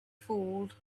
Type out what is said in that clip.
fooled